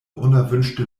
unerwünschte